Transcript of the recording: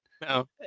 No